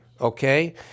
okay